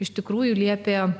iš tikrųjų liepė